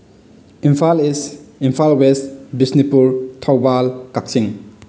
Imphal is Imphal was Bishnupur Thoubal Kakching